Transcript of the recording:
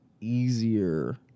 easier